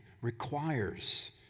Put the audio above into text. requires